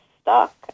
stuck